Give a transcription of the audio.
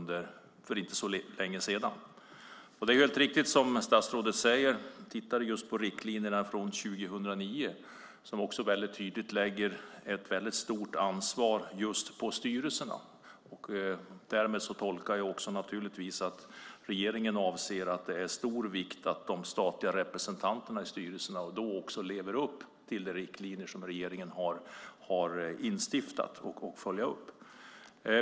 Det är helt riktigt som statsrådet säger, och jag tittade just på riktlinjerna från 2009 som tydligt lägger ett stort ansvar på styrelserna. Därmed tolkar jag naturligtvis detta som att regeringen anser att det är av stor vikt att de statliga representanterna i styrelserna då också lever upp till de riktlinjer som regeringen har instiftat och att det följs upp.